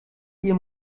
ihr